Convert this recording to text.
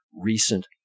recent